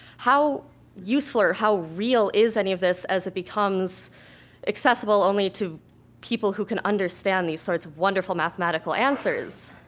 how useful or how real is any of this as it becomes accessible only to people who can understand these sorts of wonderful mathematical answers?